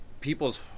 people's